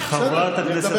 אתה מבין?